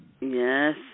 Yes